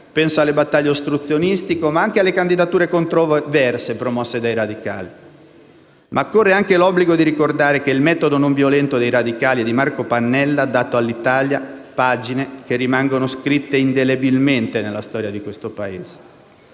penso alle battaglie ostruzionistiche, ma anche alle candidature controverse, promosse dai radicali. Ma corre anche l'obbligo di ricordare che il metodo non violento dei radicali e di Marco Pannella ha dato all'Italia pagine che rimangono scritte indelebilmente nella storia di questo Paese.